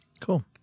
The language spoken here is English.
cool